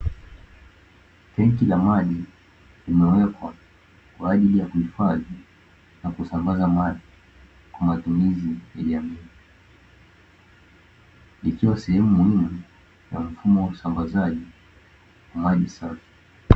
Tenki la maji, limewekwa kwa ajili ya kuhifadhi na kusambaza maji kwa ajili ya matumizi ya jamii, ikiwa sehemu muhimu ya mfumo wa usambazaji wa maji safi.